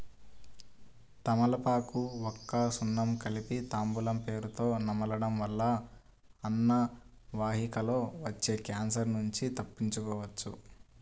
తమలపాకు, వక్క, సున్నం కలిపి తాంబూలం పేరుతొ నమలడం వల్ల అన్నవాహికలో వచ్చే క్యాన్సర్ నుంచి తప్పించుకోవచ్చు